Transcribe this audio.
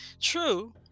True